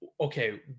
okay